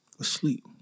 asleep